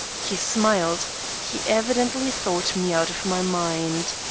he smiled he evidently thought me out of my mind.